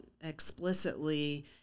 explicitly